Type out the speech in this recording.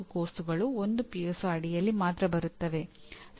ಕಾರ್ಯನಿರ್ವಹಿಸುವುದು ಎಂದರೆ ಅದನ್ನು ಮತ್ತೆ ಯೋಜನೆಗೆ ಅನುವಾದಿಸಬೇಕಾಗಿದೆ